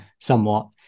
somewhat